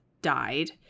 died